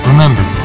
Remember